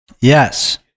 Yes